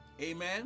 Amen